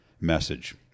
message